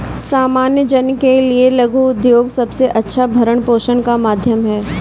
सामान्य जन के लिये लघु उद्योग सबसे अच्छा भरण पोषण का माध्यम है